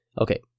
Okay